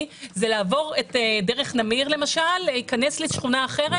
זה לעבור את דרך נמיר למשל ולהיכנס לקיוסק בשכונה אחרת.